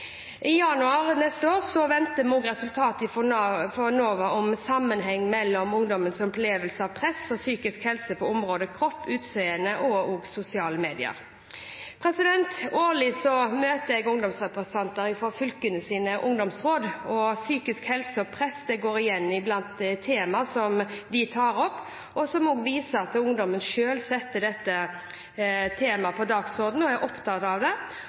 I januar neste år venter vi resultatet fra NOVA om sammenhengen mellom ungdoms opplevelse av press og psykisk helse på områdene kropp, utseende og sosiale medier. Årlig møter jeg ungdomsrepresentanter fra fylkenes ungdomsråd. Psykisk helse og press går igjen blant temaer de tar opp. Det viser at ungdommen selv setter dette temaet på dagsordenen og er opptatt av det,